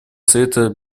совета